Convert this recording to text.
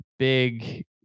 big